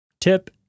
Tip